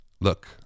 Look